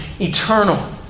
eternal